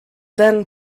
then